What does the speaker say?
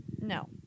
No